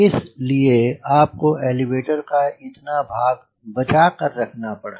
इस लिए आपको एलीवेटर का इतना भाग बचा कर रखना पड़ा